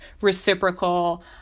reciprocal